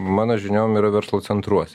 mano žiniom yra verslo centruos